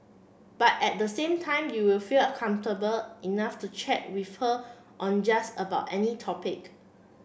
but at the same time you will feel comfortable enough to chat with her on just about any topic